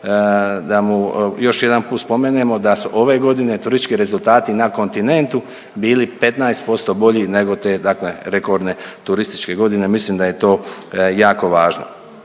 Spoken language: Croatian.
da mu još jedanput spomenemo da su ove godine turistički rezultati na kontinentu bili 15% bolji nego te dakle rekordne turističke godine, mislim da je to jako važno.